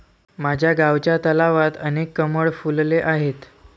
माझ्या गावच्या तलावात अनेक कमळ फुलले आहेत